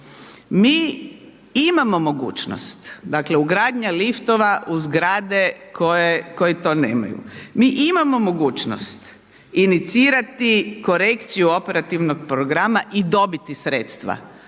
Mi imamo mogućnost, dakle ugradnja liftova u zgrade koje to nemaju, mi imamo mogućnost inicirati korekciju Operativnog programa i dobiti sredstva